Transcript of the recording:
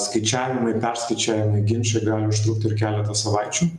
skaičiavimai perskaičiuojami ginčai gali užtrukti ir keletą savaičių